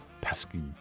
pesky